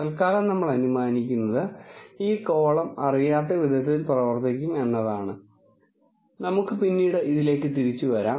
തൽക്കാലം നമ്മൾ അനുമാനിക്കുന്നത് ഈ കോളം അറിയാത്ത വിധത്തിൽ പ്രവർത്തിക്കും എന്നാണ് നമുക്ക് പിന്നീട് ഇതിലേക്ക് തിരിച്ചുവരാം